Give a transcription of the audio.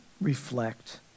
reflect